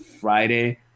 Friday